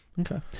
okay